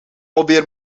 alweer